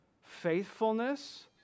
faithfulness